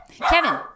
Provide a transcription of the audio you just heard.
kevin